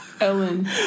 Ellen